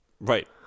Right